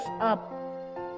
up